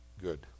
Good